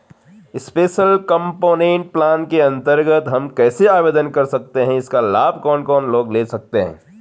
Special component plan के अन्तर्गत हम कैसे आवेदन कर सकते हैं इसका लाभ कौन कौन लोग ले सकते हैं?